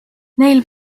neil